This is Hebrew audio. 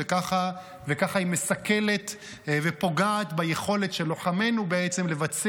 ככה היא מסכלת ופוגעת ביכולת של לוחמינו בעצם לבצע